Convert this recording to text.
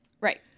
Right